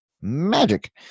Magic